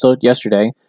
yesterday